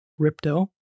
Ripto